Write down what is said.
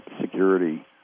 security